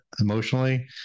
emotionally